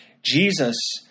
Jesus